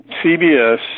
CBS